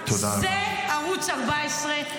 זה ערוץ 14,